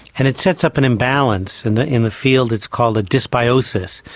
and it sets up an imbalance. in the in the field it's called a dysbiosis.